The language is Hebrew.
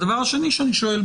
הדבר השני שאני שואל.